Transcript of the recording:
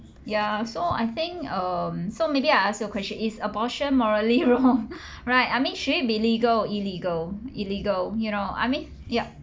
ya so I think um so maybe I ask your question is abortion morally wrong right I mean should it be legal illegal illegal you know I mean ya